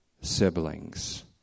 siblings